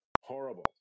Horrible